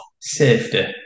safety